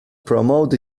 promoted